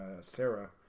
Sarah